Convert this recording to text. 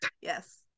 yes